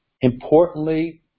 Importantly